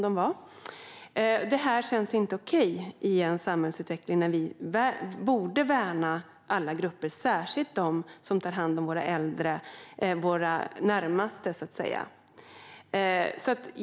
Detta är inte okej i en samhällsutveckling där vi borde värna alla grupper och särskilt dem som tar hand om våra äldre och närmaste.